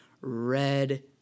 red